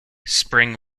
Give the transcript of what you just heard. spring